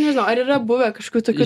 nežinau ar yra buvę kažkur tokių